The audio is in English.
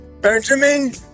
Benjamin